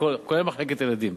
כולל מחלקת ילדים,